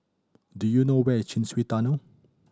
do you know where is Chin Swee Tunnel